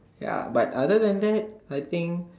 ya but other than that I think